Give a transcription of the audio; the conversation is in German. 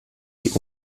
die